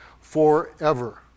forever